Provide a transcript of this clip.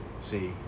See